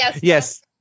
yes